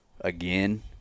again